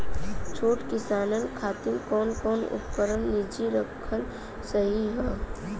छोट किसानन खातिन कवन कवन उपकरण निजी रखल सही ह?